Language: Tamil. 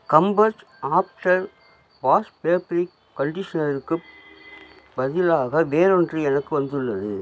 கம்ஃபஸ்ட் ஆஃப்டர் வாஷ் ஃபேப்ரிக் கன்டிஷனருக்குப் பதிலாக வேறொன்று எனக்கு வந்துள்ளது